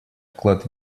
вклад